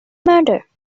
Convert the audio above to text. murder